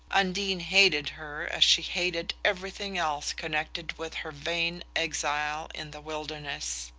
undine hated her as she hated everything else connected with her vain exile in the wilderness.